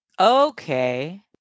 Okay